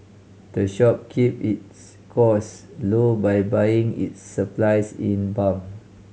the shop keep its cost low by buying its supplies in bulk